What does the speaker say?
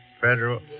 federal